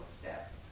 step